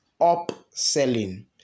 upselling